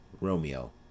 ROMEO